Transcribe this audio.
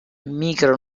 nuove